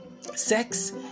Sex